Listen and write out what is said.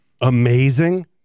amazing